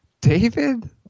David